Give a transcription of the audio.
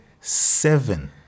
Seven